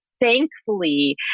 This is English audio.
thankfully